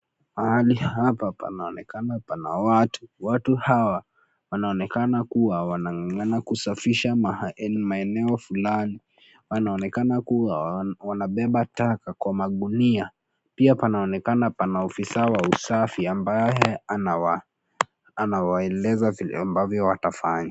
Pahali hapa panaonekana pana watu, watu hawa, wanaonekana kuwa wanang'ang'ana kusafisha maeneo fulani, panaonekana kuwa wanabeba taka kwa magunia, pia panaonekana pana ofisa wa usafi ambaye anawa, anawaeleza vile ambavyo watafanya.